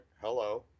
hello